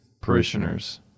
parishioners